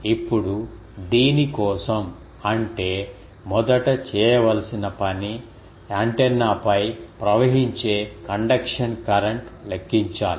ఇప్పుడు దీని కోసం అంటే మొదట చేయవలసిన పని కి యాంటెన్నాపై ప్రవహించే కండక్షన్ కరెంట్ లెక్కించాలి